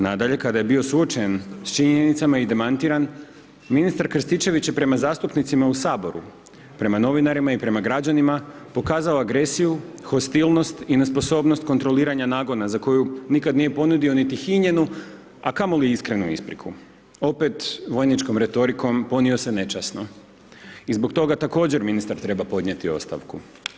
Nadalje, kada je bio suočen s činjenicama i demantiran, ministar Krstičević je prema zastupnicima u HS, prema novinarima i prema građanima pokazao agresiju, hostilnost i nesposobnost kontroliranja nagona za koju nikad nije ponudio niti hinjenu, a kamoli iskrenu ispriku, opet vojničkom retorikom ponio se nečasno i zbog toga također ministar treba podnijeti ostavku.